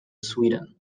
sweden